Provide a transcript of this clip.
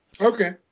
Okay